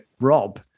Rob